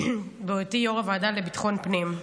מהיותי יו"ר הוועדה לביטחון פנים.